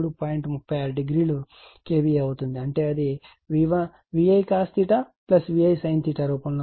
36 o KVA అవుతుంది అంటే అది V I cos V I sin రూపం